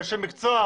אנשי מקצוע,